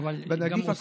בנגיף הקורונה,